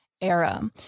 era